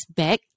back